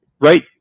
right